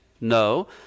no